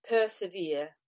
persevere